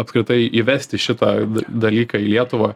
apskritai įvesti šitą dalyką į lietuvą